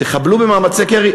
תחבלו במאמצים של קרי?